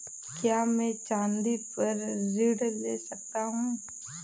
क्या मैं चाँदी पर ऋण ले सकता हूँ?